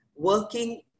working